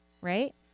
Right